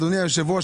אדוני היושב-ראש,